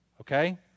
Okay